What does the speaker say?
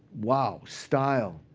wow, style,